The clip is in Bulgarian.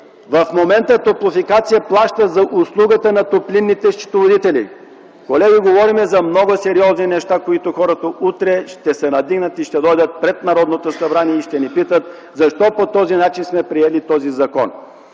В момента „Топлофикация” плаща за услугата на топлинните счетоводители. Колеги, говорим за много сериозни неща, заради които хората утре ще се надигнат, ще дойдат пред Народното събрание и ще ни питат защо по този начин сме приели този закон.